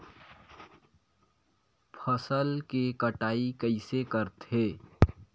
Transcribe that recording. फसल के कटाई कइसे करथे?